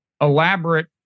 elaborate